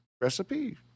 recipe